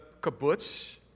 kibbutz